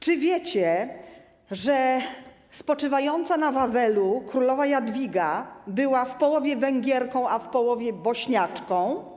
Czy wiecie, że spoczywająca na Wawelu królowa Jadwiga była w połowie Węgierką, a w połowie Bośniaczką?